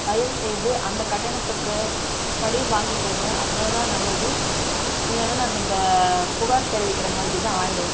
தயவுசெய்து அந்த கட்டணத்துக்கு படி வாங்கிக்கங்க அது தான் நல்லது இல்லைனா நாங்கள் இந்த புகார் தெரிவிக்கிற மாதிரி தான் ஆகிடும்